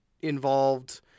involved